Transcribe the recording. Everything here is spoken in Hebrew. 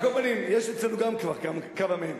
על כל פנים יש גם אצלנו כבר כמה מהם.